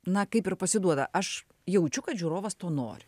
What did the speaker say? na kaip ir pasiduoda aš jaučiu kad žiūrovas to nori